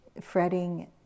fretting